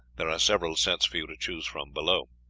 there are several sets for you to choose from below.